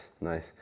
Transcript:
nice